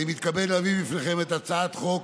אני מתכבד להביא בפניכם את הצעת חוק